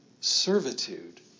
servitude